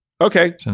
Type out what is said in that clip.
Okay